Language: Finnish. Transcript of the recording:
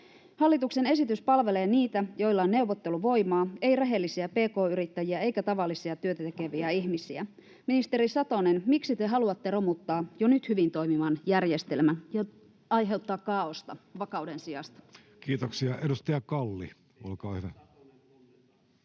Hallituksen esitys palvelee niitä, joilla on neuvotteluvoimaa, ei rehellisiä pk-yrittäjiä eikä tavallisia työtä tekeviä ihmisiä. Ministeri Satonen, miksi te haluatte romuttaa jo nyt hyvin toimivan järjestelmän ja aiheuttaa kaaosta vakauden sijasta? [Ben Zyskowicz: Siitähän